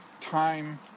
time